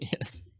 Yes